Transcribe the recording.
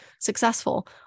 successful